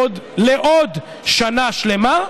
לעוד שנה שלמה.